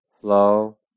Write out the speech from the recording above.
flow